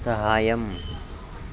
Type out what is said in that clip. సహాయం